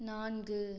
நான்கு